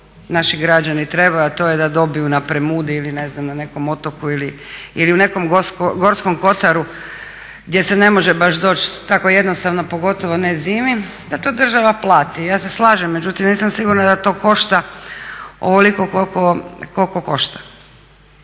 naši građani trebaju, a to je da dobiju na Premudi ili ne znam na nekom otoku ili u nekom Gorskom kotaru gdje se ne može baš doći tako jednostavno pogotovo ne zimi da to država plati. Ja se slažem, međutim nisam sigurna da to košta ovoliko koliko košta